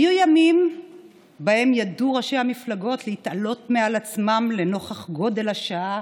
היו ימים שבהם ידעו ראשי המפלגות להתעלות מעל עצמם לנוכח גודל השעה